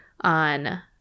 on